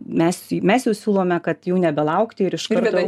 mes mes jau siūlome kad jau nebelaukti ir iš karto